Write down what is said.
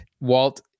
Walt